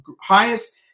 highest